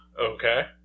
Okay